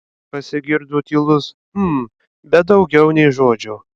pasigirdo tylus hm bet daugiau nė žodžio